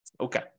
Okay